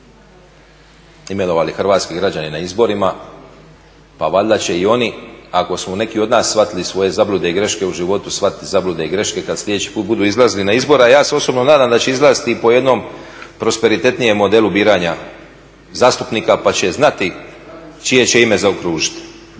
imenovali hrvatski građani na izborima, pa valjda će i oni ako su neki od nas shvatili svoje zablude i greške u životu shvatiti zablude i greške kad sljedeći put budu izlazili na izbore, a ja se osobno nadam da će izlaziti i po jednom prosperitetnijem modelu biranja zastupnika pa će znati čije će ime zaokružiti.